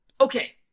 Okay